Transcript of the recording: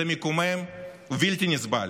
זה מקומם ובלתי נסבל.